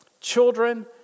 children